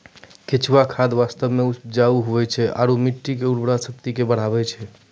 केंचुआ खाद वास्तव मे उपजाऊ हुवै छै आरू मट्टी के उर्वरा शक्ति के बढ़बै छै